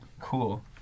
Cool